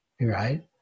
Right